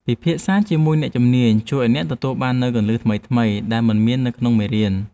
ពិភាក្សាជាមួយអ្នកជំនាញជួយឱ្យអ្នកទទួលបាននូវគន្លឹះថ្មីៗដែលមិនមាននៅក្នុងមេរៀន។